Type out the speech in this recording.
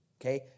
Okay